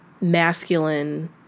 masculine